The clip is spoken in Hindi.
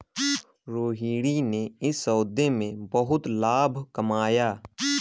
रोहिणी ने इस सौदे में बहुत लाभ कमाया